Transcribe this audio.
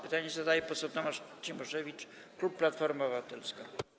Pytanie zadaje poseł Tomasz Cimoszewicz, klub Platforma Obywatelska.